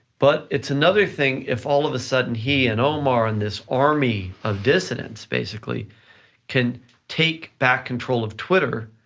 but it's another thing if all of a sudden he and omar and this army of dissidents basically can take back control of twitter,